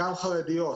גם חרדיות,